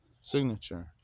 Signature